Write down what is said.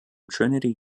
trinity